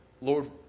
Lord